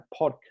podcast